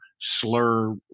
slur